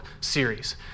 series